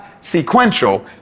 sequential